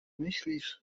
myślisz